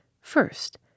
first